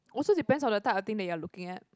also depends on the type of thing that you're looking at